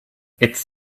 it’s